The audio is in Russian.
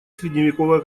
средневековая